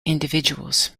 individuals